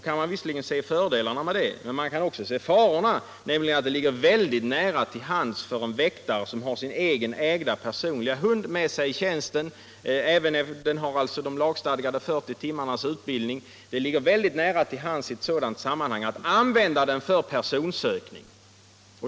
Man kan visserligen se fördelar med det, men man kan också se farorna, nämligen att det ligger mycket nära till hands för en väktare som har sin egen personligt ägda hund - som har den lagstadgade utbildningen på 40 timmar — med i tjänsten att använda den för personsökning.